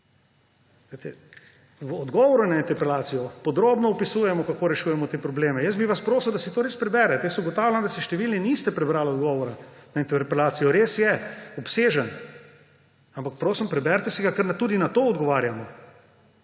v odgovoru na interpelacijo podrobno opisujem, kako rešujemo te probleme. Prosil bi vas, da si to res preberete. Ugotavljam, da si številni niste prebrali odgovora na interpelacijo. Res je obsežen, ampak prosim, preberite si ga, ker tudi na to odgovarjamo.